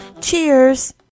cheers